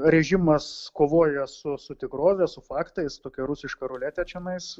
režimas kovoja su su tikrove su faktais tokia rusiška ruletė čianais